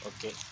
Okay